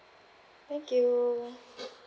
thank you